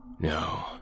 No